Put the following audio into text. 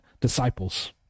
disciples